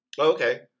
Okay